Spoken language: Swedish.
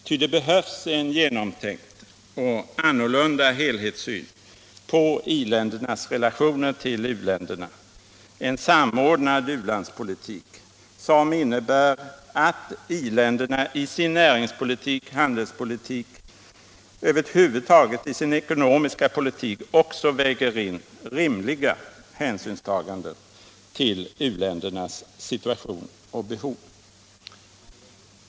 Ty det behövs en genomtänkt och annorlunda helhetssyn på i-ländernas relationer till u-länderna, en samordnad ulandspolitik, som innebär att i-länderna i sin näringspolitik, handelspolitik och över huvud taget i sin ekonomiska politik också väger in rimliga hänsynstaganden till u-ländernas situation och behov.